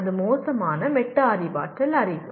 அது மோசமான மெட்டா அறிவாற்றல் அறிவு